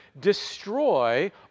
destroy